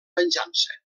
venjança